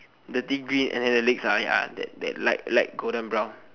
the degree and then the legs ya ya the light light golden brown